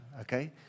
okay